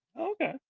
Okay